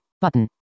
Button